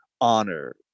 honor